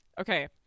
Okay